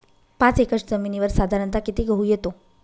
पाच एकर जमिनीवर साधारणत: किती गहू येतो?